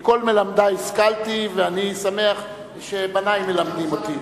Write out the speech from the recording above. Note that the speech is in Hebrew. מכל מלמדי השכלתי, ואני שמח שבני מלמדים אותי.